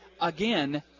Again